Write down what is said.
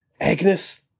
Agnes